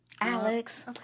alex